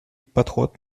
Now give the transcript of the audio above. подход